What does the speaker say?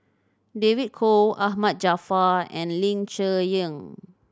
David Kwo Ahmad Jaafar and Ling Cher Eng